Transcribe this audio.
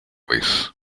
vez